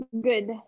good